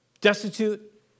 destitute